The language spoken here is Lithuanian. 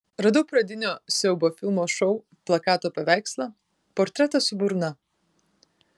radau pradinio siaubo filmo šou plakato paveikslą portretą su burna